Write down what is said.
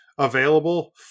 available